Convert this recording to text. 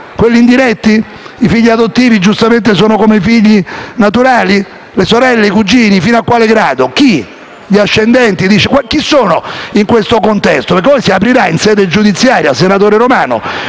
quelli indiretti? I figli adottivi, giustamente, sono come i figli naturali, le sorelle, i cugini e fino a quale grado? Gli ascendenti o i discendenti? Chi, in questo contesto? Perché poi si aprirà in sede giudiziaria al primo